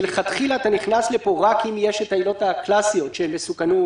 מלכתחילה אתה נכנס לפה רק אם יש את העילות הקלסיות של מסוכנות,